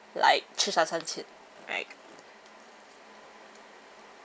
like Chicha Sanchen right